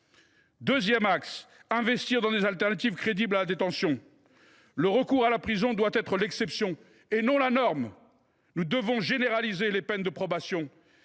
Deuxième axe : investir dans des alternatives crédibles à la détention. Le recours à la prison doit être l’exception, et non la norme ! Nous devons généraliser les peines de probation,